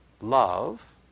Love